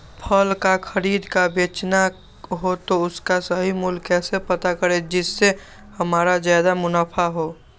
फल का खरीद का बेचना हो तो उसका सही मूल्य कैसे पता करें जिससे हमारा ज्याद मुनाफा हो?